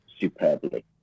superbly